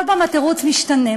כל פעם התירוץ משתנה.